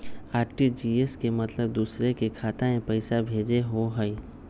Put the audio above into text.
RTGS के मतलब दूसरे के खाता में पईसा भेजे होअ हई?